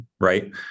right